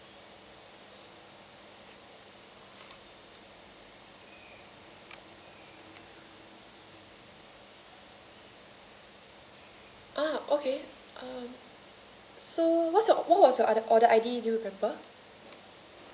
ah okay um so what's your what's your order order I_D you refer